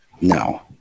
no